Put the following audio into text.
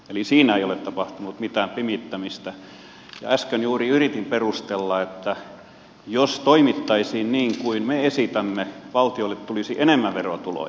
eli siinä ei ole tapahtunut mitään pimittämistä ja äsken juuri yritin perustella että jos toimittaisiin niin kuin me esitämme valtiolle tulisi enemmän verotuloja